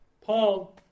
Paul